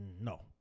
No